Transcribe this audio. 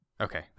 Okay